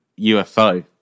UFO